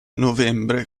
novembre